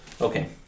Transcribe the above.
Okay